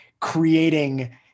creating